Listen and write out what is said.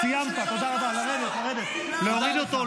להפסיק את המלחמה.